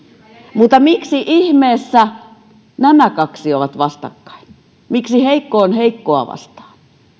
mutta miksi ihmeessä nämä kaksi ovat vastakkain miksi heikko on heikkoa vastaan